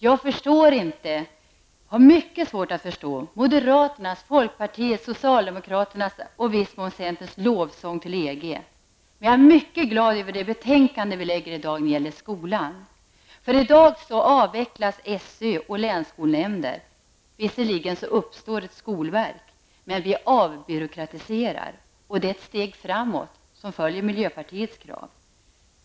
Jag har mycket svårt att förstå moderaternas, folkpartiets, socialdemokraternas och i viss mån centerns lovsång till EG, men jag är mycket glad över det betänkande som vi behandlar i dag beträffande skolan. I dag avvecklas SÖ och länsskolnämnder. Visserligen uppstår ett skolverk, men vi avbyråkratiserar. Det är ett steg framåt, som följer miljöpartiets krav.